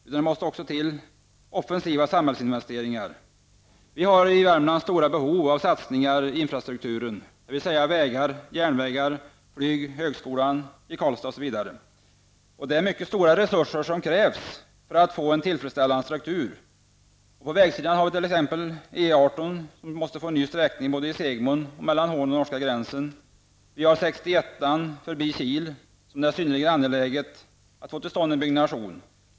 Det måste också till offensiva samhällsinvesteringar. Vi har i Värmland stora behov av satsningar i infrastrukturen, dvs. vägar, järnvägar, flyg, högskolan i Karlstad osv. Det är mycket stora resurser som krävs för att få en tillfredsställande struktur. På vägsidan har vi E 18 som måste få en ny sträckning både i Segmon och mellan Hån och norska gränsen. Vi har väg 61, sträckan förbi Kil, där det vore synnerligen angeläget att få till stånd ett byggande.